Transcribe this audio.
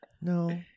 No